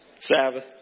Sabbath